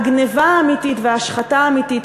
הגנבה האמיתית וההשחתה האמיתית,